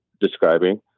describing